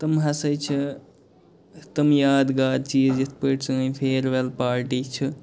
تِم ہسا چھِ تِم یاد گار چیٖز یِتھ پٲٹھۍ سٲنۍ فیروٮ۪ل پارٹی چھِ